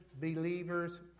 believers